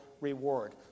reward